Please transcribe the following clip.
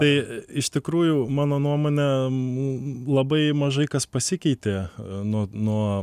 tai iš tikrųjų mano nuomone labai mažai kas pasikeitė nuo nuo